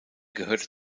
gehörte